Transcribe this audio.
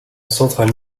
centrale